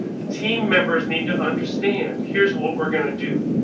the team members need to understand. here's what we're going to do.